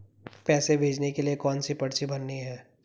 पैसे भेजने के लिए कौनसी पर्ची भरनी है?